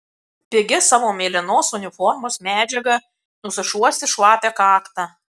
pigia savo mėlynos uniformos medžiaga nusišluostė šlapią kaktą